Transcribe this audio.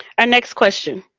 ah next question.